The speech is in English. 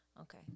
Okay